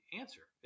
answer